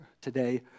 today